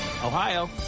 Ohio